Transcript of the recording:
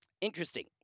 Interesting